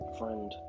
friend